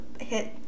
hit